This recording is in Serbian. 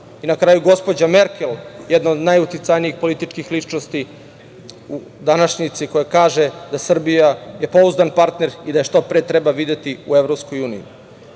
Na kraju, i gospođa Merkel, jedna od najuticajnijih političkih ličnosti današnjice, kaže da je Srbija pouzdan partner i da je što pre treba videti u EU.